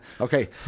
okay